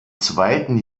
zweiten